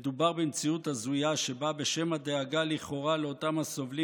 מדובר במציאות הזויה שבה בשם הדאגה לכאורה לאותם הסובלים